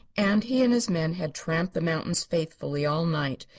and he and his men had tramped the mountains faithfully all night,